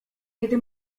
kiedy